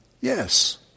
Yes